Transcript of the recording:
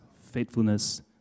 faithfulness